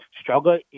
struggle